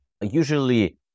usually